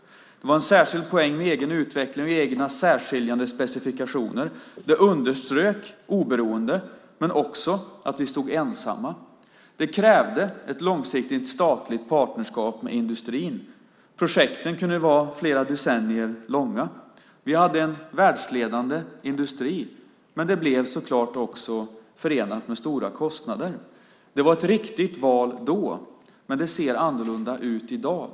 Det var en särskild poäng med egen utveckling och egna särskiljande specifikationer. Det underströk oberoende men också att vi stod ensamma. Det krävde ett långsiktigt statligt partnerskap med industrin. Projekten kunde vara flera decennier långa. Vi hade en världsledande industri, men det blev så klart också förenat med stora kostnader. Det var ett riktigt val då, men det ser annorlunda ut i dag.